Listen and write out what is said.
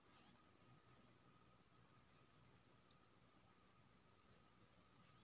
form बला मुरगी अंडा थोड़बै न देतोउ ओ तँ खाली माउस दै छै